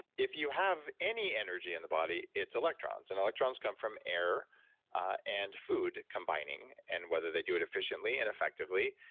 if you have any energy in the body, it's electrons. and electrons come from air ah and food combining, and whether they do it efficiently and effectively,